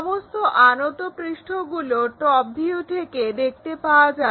সমস্ত আনত পৃষ্ঠগুলো টপ ভিউ থেকে দেখতে পাওয়া যাবে